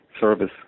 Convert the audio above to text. service